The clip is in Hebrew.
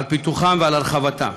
על פיתוחם ועל הרחבתם.